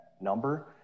number